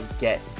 get